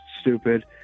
stupid